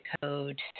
code